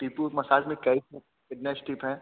Tipu massage में कितने step हैं